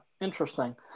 Interesting